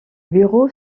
bureau